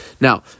Now